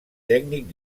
tècnic